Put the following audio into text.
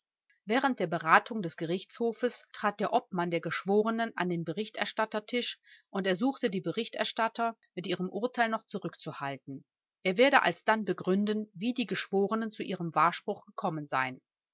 während der beratung des gerichtshofes trat der obmann der geschworenen an den berichterstattertisch und ersuchte die berichterstatter mit ihrem urteil noch zurückzuhalten er werde alsdann begründen wie die geschworenen zu ihrem wahrspruch gekommen seien